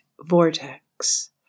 vortex